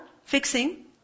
fixing